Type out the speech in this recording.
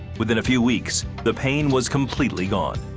within a few weeks, the pain was completely gone.